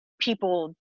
people